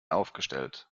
aufgestellt